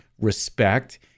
respect